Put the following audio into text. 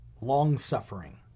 long-suffering